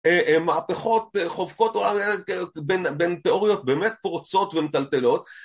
מהפכות, חוזקות בין תיאוריות באמת פורצות ומטלטלות